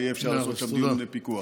ויהיה אפשר לעשות שם דיון ופיקוח.